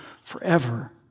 forever